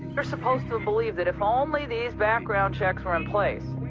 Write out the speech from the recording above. we're supposed to believe that if only these background checks were in place,